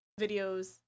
videos